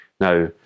Now